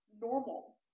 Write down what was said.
normal